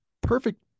perfect